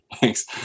Thanks